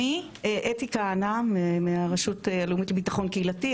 אני מהרשות הלאומית לביטחון קהילתי.